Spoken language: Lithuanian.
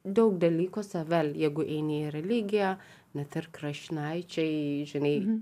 daug dalykų save jeigu eini į religiją net ir krišnaičiai žinai